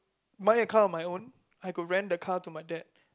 buy a car on my own I could rent the car to my dad